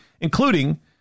including